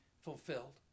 fulfilled